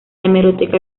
hemeroteca